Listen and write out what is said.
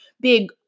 big